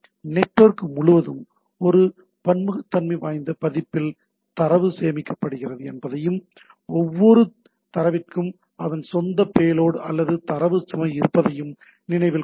network முழுவதும் ஒரு பன்முகத்தன்மை வாய்ந்த பதிப்பில் தரவு சேமிக்கப்படுகின்றன என்பதையும் ஒவ்வொரு தரவிற்கும் அவற்றின் சொந்த பேலோட் அல்லது தரவு சுமை இருப்பதையும் நினைவில் கொள்ள வேண்டும்